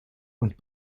und